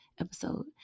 episode